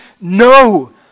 no